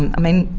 and i mean,